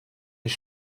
ich